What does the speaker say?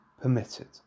permitted